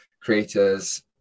creators